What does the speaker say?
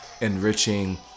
enriching